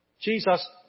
Jesus